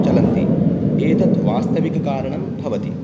चलन्ति एतत् वास्तविककारणं भवति